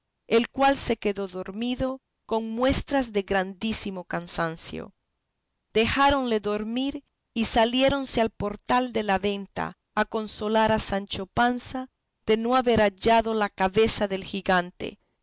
el cual se quedó dormido con muestras de grandísimo cansancio dejáronle dormir y saliéronse al portal de la venta a consolar a sancho panza de no haber hallado la cabeza del gigante